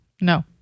No